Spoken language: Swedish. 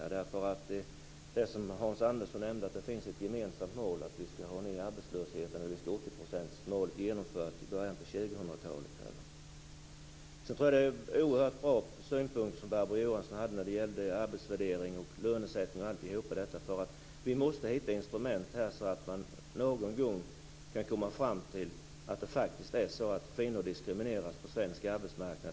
Som Hans Andersson nämnde finns det ju ett gemensamt mål att få ned arbetslösheten och få 80-procentsmålet genomfört i början på 2000 Barbro Johansson hade en oehört bra synpunkt när det gällde arbetsvärdering, lönesättning m.m., för vi måste hitta instrument för att vi någon gång skall komma fram till att kvinnor faktiskt diskrimineras på svensk arbetsmarknad.